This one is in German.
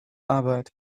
arbeit